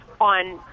on